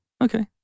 Okay